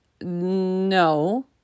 no